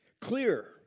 Clear